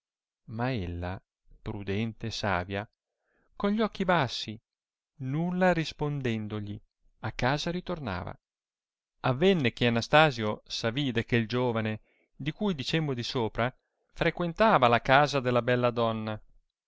ella prudente e savia con gli occhi bassi nulla rispondendogli a casa ritornava avenne che anastasio s avide che il giovane di cui dicemmo di sopra frequentava la casa della bella donna